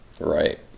Right